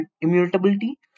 immutability